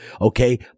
okay